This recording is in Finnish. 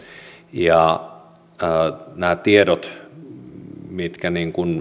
ja osa näistä tiedoista mitkä